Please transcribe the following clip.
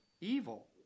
evil